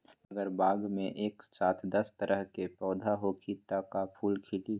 अगर बाग मे एक साथ दस तरह के पौधा होखि त का फुल खिली?